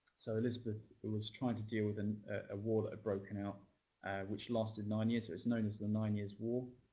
so elizabeth was trying to deal with and a war that had broken out which lasted nine years so it's known as the nine years' war